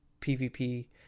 PVP